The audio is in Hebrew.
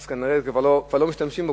אז כנראה כבר לא משתמשים בו.